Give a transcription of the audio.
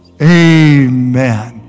amen